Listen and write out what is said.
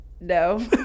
no